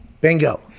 Bingo